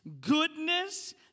Goodness